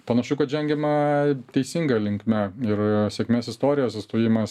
panašu kad žengiama teisinga linkme ir sėkmės istorijos įstojimas